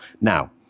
Now